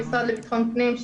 המשרד לביטחון פנים,